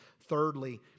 thirdly